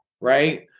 right